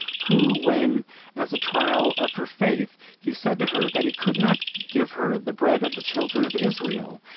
who, when as a trial of her faith he said to her that he could not give her the bread of the children of israel,